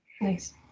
nice